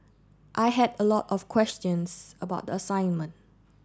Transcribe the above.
I had a lot of questions about the assignment